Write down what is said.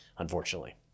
Unfortunately